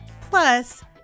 Plus